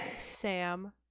Sam